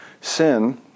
sin